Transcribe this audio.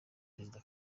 perezida